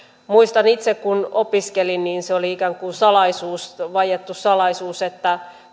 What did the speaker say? muistan itse että kun opiskelin niin se oli ikään kuin vaiettu salaisuus että